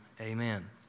Amen